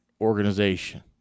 organization